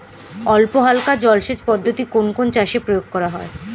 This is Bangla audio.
অল্পহালকা জলসেচ পদ্ধতি কোন কোন চাষে প্রয়োগ করা হয়?